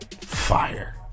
fire